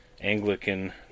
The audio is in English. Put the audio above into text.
Anglican